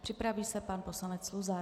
Připraví se pan poslanec Luzar.